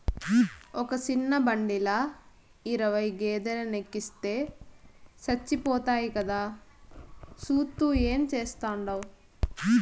ఒక సిన్న బండిల ఇరవై గేదేలెనెక్కిస్తే సచ్చిపోతాయి కదా, సూత్తూ ఏం చేస్తాండావు